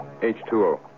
H2O